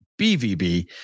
BVB